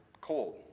cold